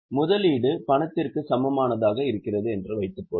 முதலீடு பணத்திற்கு சமமானதாக இருக்கிறது என்று வைத்துக்கொள்வோம்